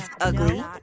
ugly